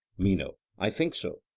meno i think so.